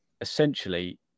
essentially